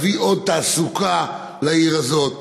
להביא עוד תעסוקה לעיר הזאת,